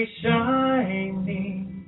shining